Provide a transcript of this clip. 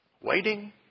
waiting